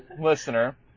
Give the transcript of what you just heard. listener